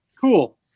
cool